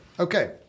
Okay